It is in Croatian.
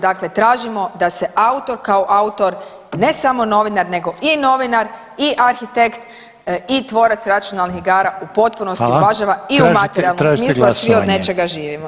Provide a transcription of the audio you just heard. Dakle, tražimo da se autor kao autor ne samo novinar nego i novinar i arhitekt i tvorac računalnih igara u potpunosti uvažava i u materijalnom smislu jer svi od nečega živimo.